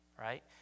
right